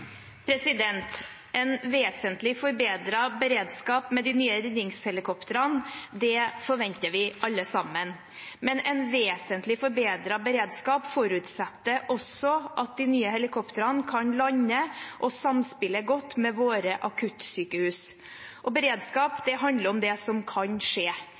En vesentlig forbedret beredskap med de nye redningshelikoptrene forventer vi alle sammen, men en vesentlig forbedret beredskap forutsetter også at de nye helikoptrene kan lande og samspille godt med våre akuttsykehus. Og beredskap handler om det som kan skje.